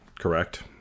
correct